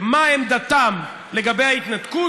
מה עמדתם לגבי ההתנתקות,